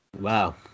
Wow